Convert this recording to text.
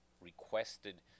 Requested